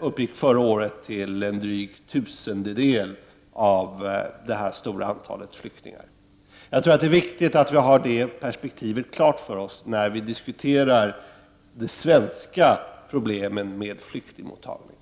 uppgick förra året till en dryg tusendel av detta stora antal flyktingar. Jag tror att det är viktigt att vi har detta perspektiv klart för oss när vi diskuterar de svenska problemen med flyktingmottagandet.